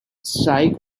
strike